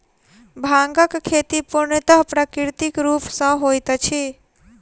भांगक खेती पूर्णतः प्राकृतिक रूप सॅ होइत अछि